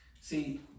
See